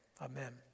amen